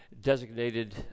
designated